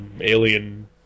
alien